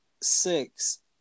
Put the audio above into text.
six